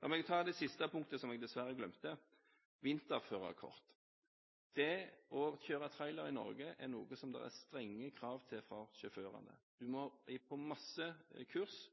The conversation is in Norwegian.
La meg ta opp det siste punktet, som jeg dessverre glemte: vinterførerkort. Det er strenge krav til sjåførene for å kunne kjøre trailer i Norge.